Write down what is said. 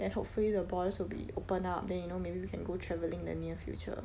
then hopefully the borders will be opened up then you know maybe we can go travelling in the near future